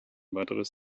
weiteres